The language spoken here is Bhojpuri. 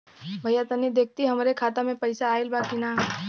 भईया तनि देखती हमरे खाता मे पैसा आईल बा की ना?